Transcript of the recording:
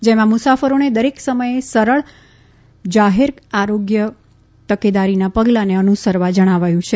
જેમાં મુસાફરોને દરેક સમયે સરળ જાહેર આરોગ્ય તકેદારીના પગલાને અનુસરવા જણાવાયું છે